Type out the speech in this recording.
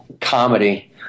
comedy